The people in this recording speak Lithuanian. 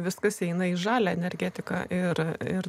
viskas eina į žalią energetiką ir